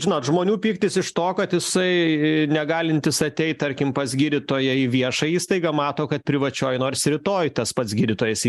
žinot žmonių pyktis iš to kad jisai negalintis ateit tarkim pas gydytoją į viešą įstaigą mato kad privačioj nors rytoj tas pats gydytojas